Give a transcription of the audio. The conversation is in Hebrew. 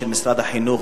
של משרד החינוך,